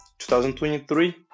2023